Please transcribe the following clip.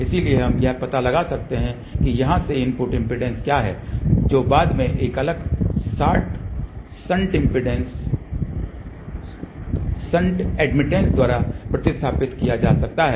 इसलिए हम यह पता लगा सकते हैं कि यहाँ से इनपुट इम्पीडेन्स क्या है जो बाद में एक अलग शंट एडमिटन्स द्वारा प्रतिस्थापित किया जा सकता है